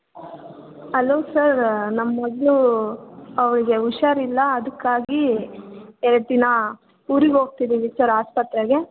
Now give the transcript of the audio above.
hello sir ನಮ್ಮ ಮಗಳು ಅವ್ಳಿಗೆ ಹುಷಾರಿಲ್ಲ ಅದಕ್ಕಾಗಿ ಎರಡು ದಿನ ಊರಿಗೋಗ್ತಿದ್ದೀವಿ ಸರ್ ಆಸ್ಪತ್ರೆಗೆ